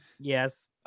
Yes